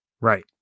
Right